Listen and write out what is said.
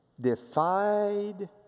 defied